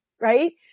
right